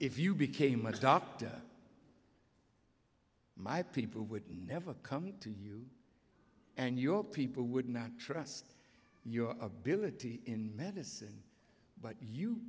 if you became a doctor my people would never come to you and your people would not trust your ability in medicine but you